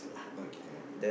okay come on